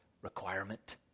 requirement